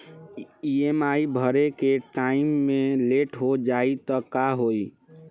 EMI भरे के time मे लेट हो जायी त का होई?